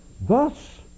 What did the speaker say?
Thus